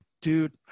dude